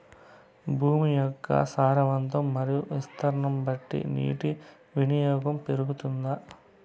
భూమి యొక్క సారవంతం మరియు విస్తీర్ణం బట్టి నీటి వినియోగం పెరుగుతుందా?